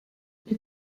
you